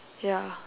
ya